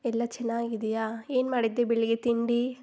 ಎಲ್ಲ ಚೆನ್ನಾಗಿದ್ದೀಯಾ ಏನು ಮಾಡಿದ್ದೆ ಬೆಳಿಗ್ಗೆ ತಿಂಡಿ